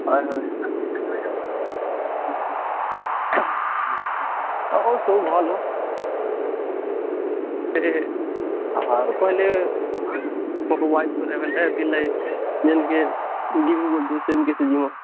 ହଏ ହଏ ଆଉ କାଣ ସବୁ ଭଲ ଏ କାହାକୁ କହିଲେ ପିଲେ ଯେନ୍କେ ଦିନୁ ବୋଲ୍ତେ ସେନ୍କେ ସେ ଯିବ